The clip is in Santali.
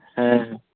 ᱦᱮᱸ